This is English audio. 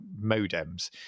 modems